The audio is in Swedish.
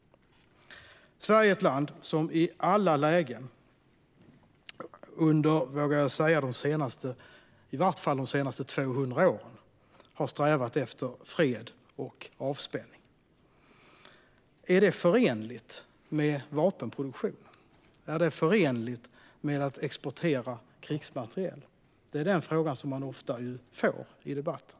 Sverige är ett land som i alla lägen under i varje fall de senaste 200 åren, vågar jag säga, har strävat efter fred och avspänning. Är det förenligt med vapenproduktion? Är det förenligt med att exportera krigsmateriel? De frågorna får man ofta i debatten.